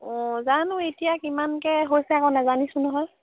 অঁ জানো এতিয়া কিমানকৈ হৈছে আকৌ নোজানিছোঁ নহয়